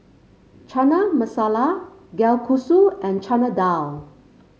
Chana Masala Kalguksu and Chana Dal